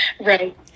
Right